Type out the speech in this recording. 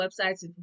websites